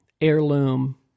heirloom